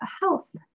health